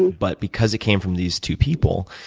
but, because it came from these two people,